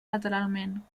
lateralment